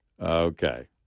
Okay